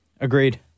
Agreed